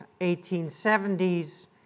1870s